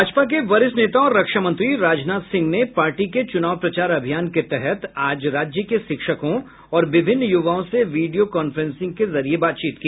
भाजपा के वरिष्ठ नेता और रक्षा मंत्री राजनाथ सिंह ने पार्टी के चुनाव प्रचार अभियान के तहत आज राज्य के शिक्षकों और विभिन्न युवाओं से वीडियो कांफ्रेंसिंग के जरिये बातचीत की